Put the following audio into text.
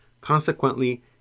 Consequently